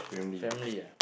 family ah